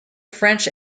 french